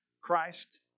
Christ